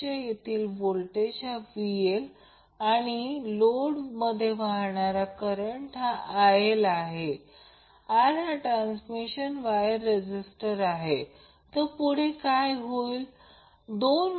आता आता हे जर थ्री फेज सिस्टमसाठी सारखीच गोष्ट गृहित धरली तर रेजिस्टन्स R R R आहे तीन lines phase a b c आहेत ही बाजू थ्री फेज बॅलन्सड सोर्स आहे आणि हे थ्री फेज बॅलन्सड लोड आहे